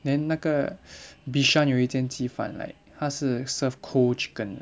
then 那个 bishan 有一间鸡饭 like 他是 serve cold chicken